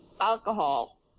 alcohol